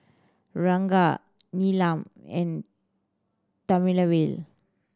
Ranga Neelam and Thamizhavel